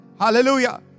Hallelujah